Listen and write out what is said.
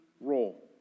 role